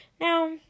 Now